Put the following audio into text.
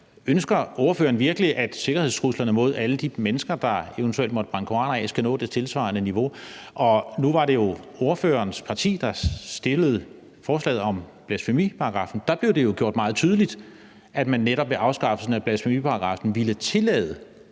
Ønsker ordføreren virkelig, at sikkerhedstruslerne mod alle de mennesker, der eventuelt måtte brænde koraner af, skal nå det tilsvarende niveau? Nu var det jo ordførerens parti, der fremsatte forslaget om blasfemiparagraffen, og der blev det jo gjort meget tydeligt, at man netop ved afskaffelsen af blasfemiparagraffen ville tillade